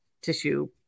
tissue